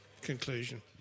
conclusion